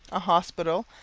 a hospital,